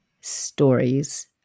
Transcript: stories